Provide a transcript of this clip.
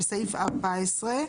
בסעיף 14,